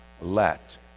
Let